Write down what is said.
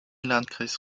landkreis